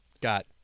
got